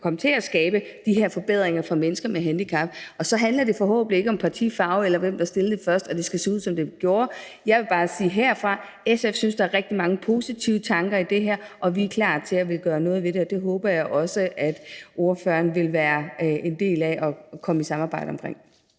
komme til at skabe de her forbedringer for mennesker med handicap, og så handler det forhåbentlig ikke om partifarve, eller hvem der stillede det først, og at det skal se ud, som det gjorde. Jeg vil bare sige fra SF's side, at SF synes, der er rigtig mange positive tanker i det her, og vi er klar til at ville gøre noget ved det, og jeg håber også, at ordføreren vil være en del af det at samarbejde om det.